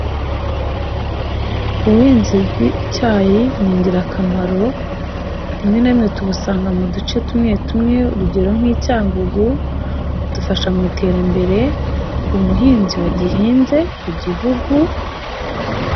Ubuhinzi bw'icyayi ni ingirakamaro, rimwe na rimwe tubusanga mu duce tumwe tumwe urugero nk'i Cyangugu, budufasha mu iterambere ku muhinzi wagihinze, ku gihugu.